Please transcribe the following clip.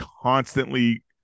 constantly